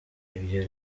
ibyo